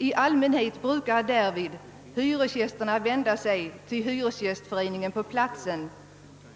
I allmänhet brukar därvid hyresgästerna vända sig till hyresgästföreningen på platsen